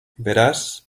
beraz